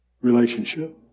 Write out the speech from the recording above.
relationship